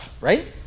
right